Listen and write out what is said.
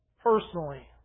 personally